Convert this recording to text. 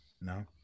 No